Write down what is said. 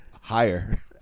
higher